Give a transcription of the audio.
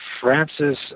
Francis